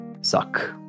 suck